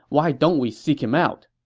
why don't we seek him out?